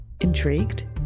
Intrigued